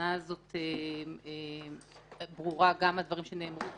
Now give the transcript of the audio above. וההבנה הזאת ברורה גם מהדברים שנאמרו,